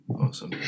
awesome